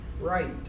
right